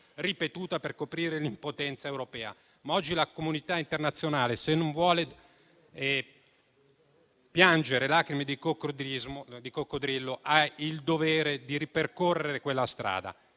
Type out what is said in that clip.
ripetuta per coprire l'impotenza europea. Oggi, però, la comunità internazionale, se non vuole piangere lacrime di coccodrillo, ha il dovere di ripercorrere quella strada.